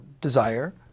desire